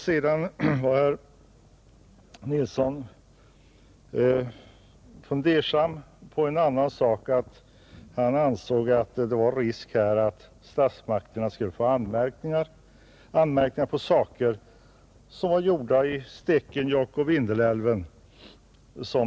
Herr Nilsson var fundersam beträffande en annan sak, Han ansåg att det var risk att statsmakterna skulle få anmärkningar på saker som var gjorda vid Stekenjokk och Vindelälven.